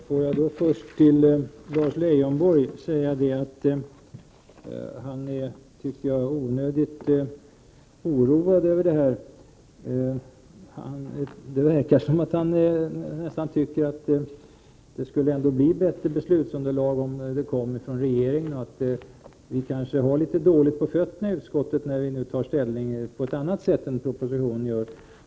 Fru talman! Får jag först till Lars Leijonborg säga att han är onödigt oroad. Det verkar nästan som om han tycker att det skulle komma ett bättre beslutsunderlag från regeringen, och att vi har litet dåligt på fötterna i utskottet när vi har tagit annan ställning än i propositionen.